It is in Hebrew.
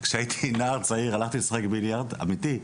כשהייתי נער צעיר הלכתי לשחק ביליארד, זה אמיתי,